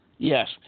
Yes